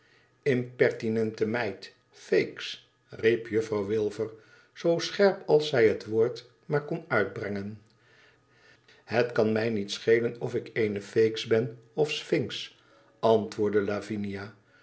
meid feeks riep juffrouw wilfer zoo scherp als zij het woord maar kon uitbrengen het kan mij niet schelen of ik eene feeks ben of een sfinx antwoordde lavinia